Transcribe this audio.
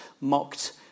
mocked